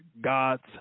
God's